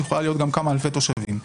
שיכולה להיות גם כמה אלפי תושבים.